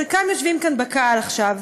חלקם יושבים כאן בקהל עכשיו.